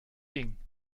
ding